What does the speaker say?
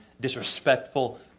disrespectful